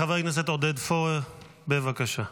חבר הכנסת עודד פורר, בבקשה.